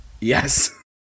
Yes